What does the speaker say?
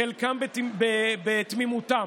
חלקם בתמימותם.